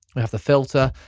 we have the filter,